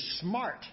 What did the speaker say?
smart